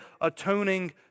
atoning